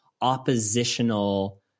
oppositional